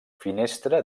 finestra